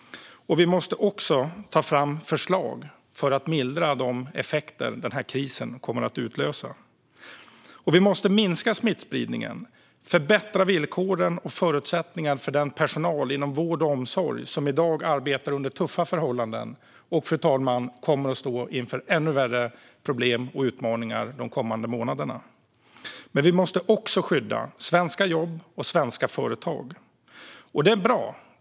Vi måste också ta fram förslag för att mildra de effekter den här krisen kommer att utlösa. Och vi måste minska smittspridningen och förbättra villkoren och förutsättningarna för den personal inom vård och omsorg som i dag arbetar under tuffa förhållanden och, fru talman, kommer att stå inför ännu värre problem och utmaningar de kommande månaderna. Vi måste också skydda svenska jobb och svenska företag.